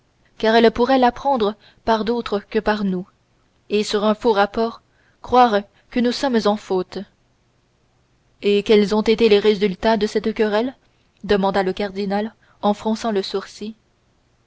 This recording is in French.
car elle pourrait l'apprendre par d'autres que par nous et sur un faux rapport croire que nous sommes en faute et quels ont été les résultats de cette querelle demanda le cardinal en fronçant le sourcil